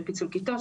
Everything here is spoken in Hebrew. של פיצול כיתות,